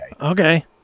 Okay